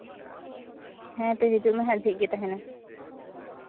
ᱦᱮᱸ ᱛᱚ ᱦᱤᱡᱩᱜ ᱢᱮᱦᱟᱜ ᱡᱷᱤᱡ ᱜᱮ ᱛᱟᱦᱮᱱᱟ